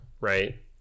right